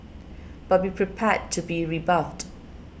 but be prepared to be rebuffed